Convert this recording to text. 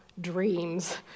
dreams